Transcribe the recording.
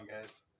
guys